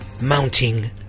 Mounting